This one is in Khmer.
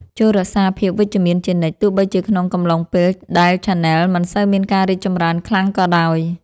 ចូររក្សាភាពវិជ្ជមានជានិច្ច ទោះបីជាក្នុងកំឡុងពេលដែលឆានែលមិនសូវមានការរីកចម្រើនខ្លាំងក៏ដោយ។